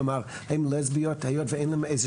כלומר האם לסביות היות ואין להן איזה